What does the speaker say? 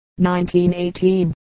1918